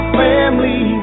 family